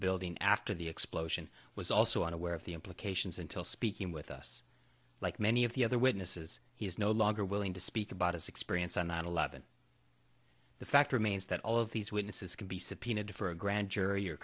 building after the explosion was also unaware of the implications until speaking with us like many of the other witnesses he is no longer willing to speak about his experience on nine eleven the fact remains that all of these witnesses can be subpoenaed for a grand jury or